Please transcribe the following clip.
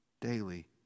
daily